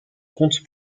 conte